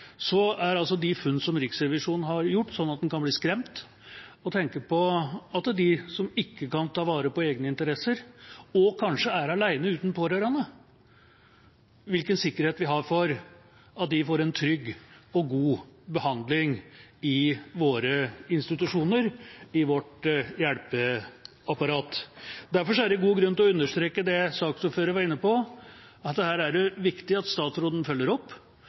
er de funnene som Riksrevisjonen har gjort, slik at man kan bli skremt og tenke på dem som ikke kan ta vare på egne interesser, og kanskje er alene uten pårørende. Hvilken sikkerhet har vi for at de får en trygg og god behandling i våre institusjoner, i vårt hjelpeapparat? Derfor er det god grunn til å understreke det saksordføreren var inne på, at her er det viktig at statsråden følger opp,